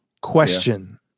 Question